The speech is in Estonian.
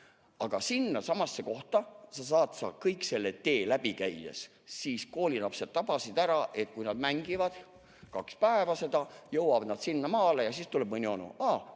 Aga sinnasamasse kohta sa saad kõik selle tee läbi käies. Siis koolilapsed tabasid ära, et kui nad mängivad kaks päeva seda, jõuavad sinnamaale ja siis tuleb mõni onu: